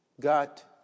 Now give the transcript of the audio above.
got